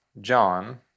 John